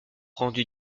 rendu